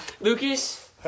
Lucas